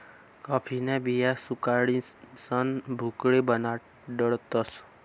कॉफीन्या बिया सुखाडीसन भुकटी बनाडतस